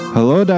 Hello